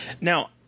Now